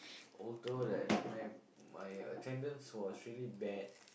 although that my my attendance was really bad